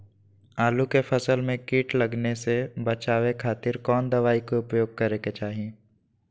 आलू के फसल में कीट लगने से बचावे खातिर कौन दवाई के उपयोग करे के चाही?